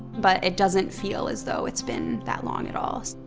but it doesn't feel as though it's been that long at all.